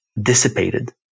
dissipated